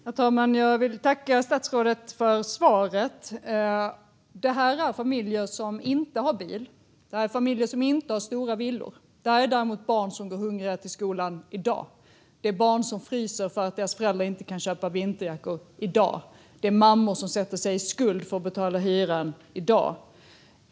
Herr talman! Jag vill tacka statsrådet för svaret. Det här handlar om familjer som inte har bil och som inte har stora villor. Det handlar om barn som går hungriga till skolan i dag, om barn som fryser därför att deras föräldrar inte kan köpa vinterjackor i dag och om mammor som sätter sig i skuld för att betala hyran i dag.